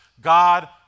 God